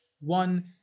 one